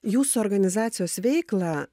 jūsų organizacijos veiklą